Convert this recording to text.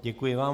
Děkuji vám.